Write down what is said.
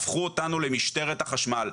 הפכו אותנו למשטרת החשמל.